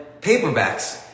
paperbacks